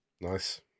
Nice